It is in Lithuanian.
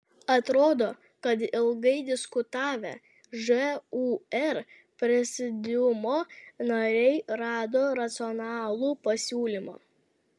atrodo kad ilgai diskutavę žūr prezidiumo nariai rado racionalų pasiūlymą